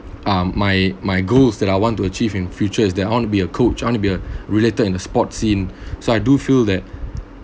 um my my goals that I want to achieve in future is that I want to be a coach I want to be a related in the sports scene so I do feel that